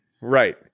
right